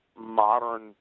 modern